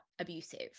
abusive